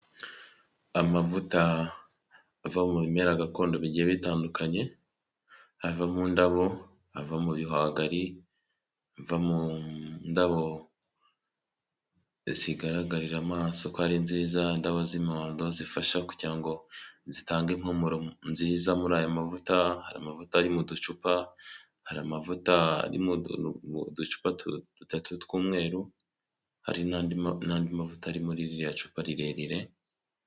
Amavuta ava mu bimera gakondo bigiye bitandukanye, ava mu ndabo, ava mu bihwagari, ava mu ndabo zigaragarira amaso ko ari nziza, indabo z'umuhondo zifasha kugira ngo zitange impumuro nziza muri aya mavuta, hari amavuta ari mu ducupa, hari amavuta arimo udu muducupa dutatu tw'umweru, hari n'andi n'andi mavuta ari muri ririya cupa rirerire.